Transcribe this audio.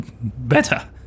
better